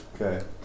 Okay